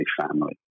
family